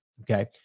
Okay